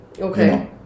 Okay